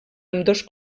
ambdós